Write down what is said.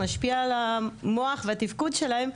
משפיע על המוח והתפקוד שלהם,